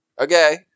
Okay